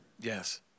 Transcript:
Yes